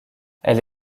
elle